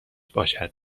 باشد